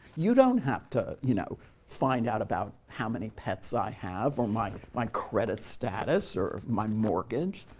you don't have to you know find out about how many pets i have or my my credit status or my mortgage,